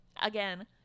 Again